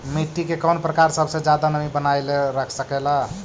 मिट्टी के कौन प्रकार सबसे जादा नमी बनाएल रख सकेला?